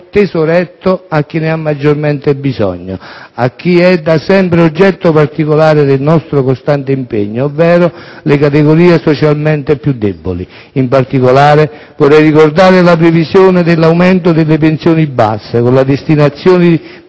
tesoretto a chi ne ha maggiormente bisogno e a chi è da sempre oggetto particolare del nostro costante impegno, ovvero le categorie socialmente più deboli. In particolare, vorrei ricordare la previsione dell'aumento delle pensioni basse, con la destinazione